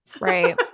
right